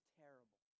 terrible